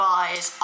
eyes